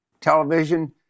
television